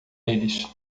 eles